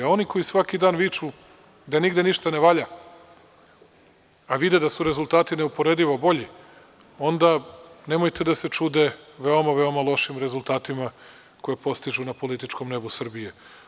Oni koji svaki dan viču da nigde ništa ne valja, a vide da su rezultati neuporedivo bolji, onda nemojte da se čude veoma, veoma lošim rezultatima koje postižu na političkom nebu Srbije.